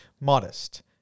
Modest